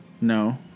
No